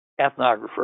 ethnographer